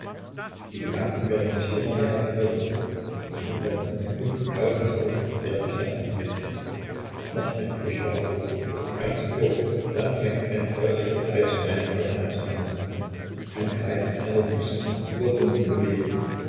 die gedanken werden sich immer mehr verwirren in dem letzten sekundentausendstel werd ich noch an sie denken noch ein furchtbarer ruck durch den ganzen körper dann fängt ein feuriger kreis vor meinen augen zu tanzen an ein kreis in einer wüsten wirbelnden bewegung